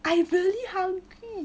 I really hungry